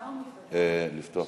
בבקשה.